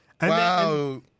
Wow